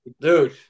dude